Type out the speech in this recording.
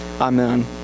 Amen